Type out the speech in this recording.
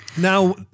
Now